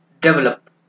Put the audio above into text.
develop